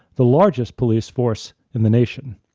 the largest police force in the nation.